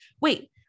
wait